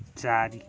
ଚାରି